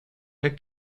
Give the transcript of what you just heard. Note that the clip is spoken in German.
der